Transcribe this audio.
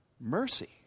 Mercy